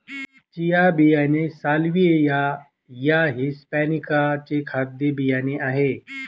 chia बियाणे Salvia या hispanica चे खाद्य बियाणे आहे